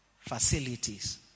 facilities